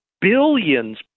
billions